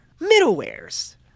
middleware's